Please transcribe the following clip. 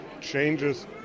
changes